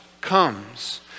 comes